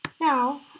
Now